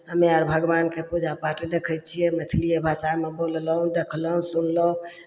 हमे आर भगवानके पूजा पाठ देखै छियै मैथिलिए भाषामे बोललहुँ देखलहुँ सुनलहुँ